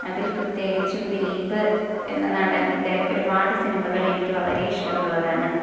അതിൽ പ്രത്യേകിച്ചും ദിലീപ് എന്ന നടൻ്റെ ഒരുപാട് സിനിമകൾ എനിക്ക് വളരെ ഇഷ്ടമുള്ളതാണ്